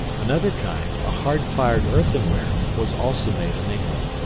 another kind, a hard-fired earthenware, was also made in england.